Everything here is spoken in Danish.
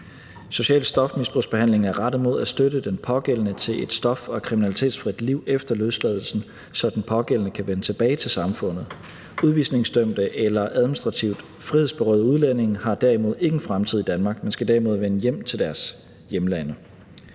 Social stofmisbrugsbehandling er rettet mod at støtte den pågældende til et stof- og kriminalitetsfrit liv efter løsladelsen, så den pågældende kan vende tilbage til samfundet. Udvisningsdømte eller administrativt frihedsberøvede udlændinge har derimod ingen fremtid i Danmark, men skal derimod vende hjem til deres hjemlande.